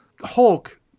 Hulk